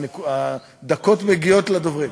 הדקות מגיעות לדוברים.